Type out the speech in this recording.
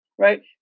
Right